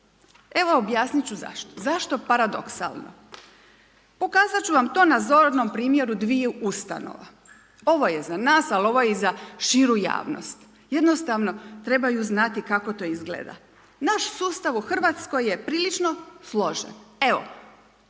Evo, objasnit ću zašto. Zašto paradoksalno? Pokazat ću vam to na zornom primjeru dviju ustanova. Ovo je za nas, ali ovo je i za širu javnost. Jednostavno trebaju znati kako to izgleda. Naš sustav u Hrvatskoj je prilično složen. Evo,